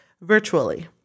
virtually